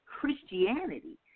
Christianity